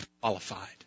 qualified